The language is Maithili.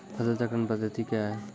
फसल चक्रण पद्धति क्या हैं?